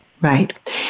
Right